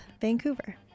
Vancouver